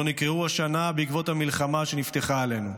נקראו השנה בעקבות המלחמה שנפתחה עלינו.